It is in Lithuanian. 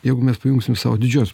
jeigu mes pajungsim savo didžiuosius